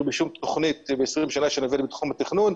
בשום תכנית ב-20 השנים שאני עובד בתחום התכנון,